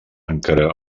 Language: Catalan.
encara